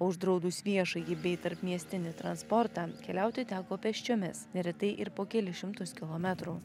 o uždraudus viešąjį bei tarpmiestinį transportą keliauti teko pėsčiomis neretai ir po kelis šimtus kilometrų